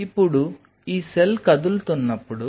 ఇప్పుడు ఈ సెల్ కదులుతున్నప్పుడు